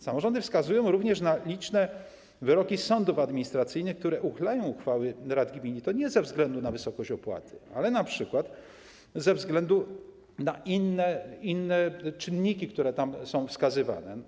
Samorządy wskazują również na liczne wyroki sądów administracyjnych, które uchylają uchwały rad gmin, i to nie ze względu na wysokość opłaty, ale np. ze względu na inne czynniki, które tam są wskazywane.